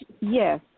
Yes